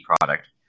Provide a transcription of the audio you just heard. product